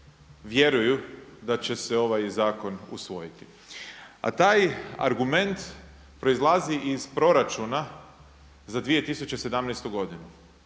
vjeruju da će se ovaj zakon usvojiti a taj argument proizlazi iz proračuna za 2017. godinu.